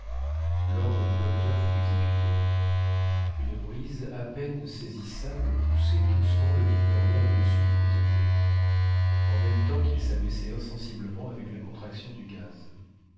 l'ordre du docteur fut exécuté une brise à peine saisissable poussait doucement le victoria au-dessus du prisonnier en même temps qu'il s'abaissait insensiblement avec la contraction du gaz